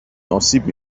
آسیب